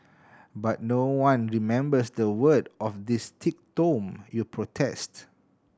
but no one remembers the word of this thick tome you protest